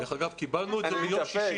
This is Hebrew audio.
‏ קיבלנו את זה ביום שישי